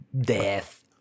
Death